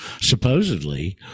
supposedly